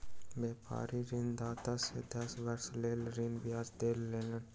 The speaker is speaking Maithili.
व्यापारी ऋणदाता से दस वर्षक लेल ऋण ब्याज पर लेलैन